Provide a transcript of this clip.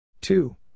Two